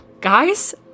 Guys